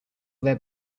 there